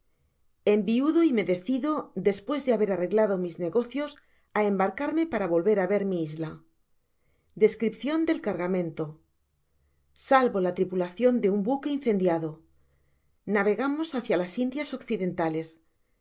bedford enviudo y me decido despues de haber arreglado mis negocios a embarcarme para volver á mi isla descripcion del car gamento salvo la tripulacion de un buque incendia do navegamos hácia las indias occidentales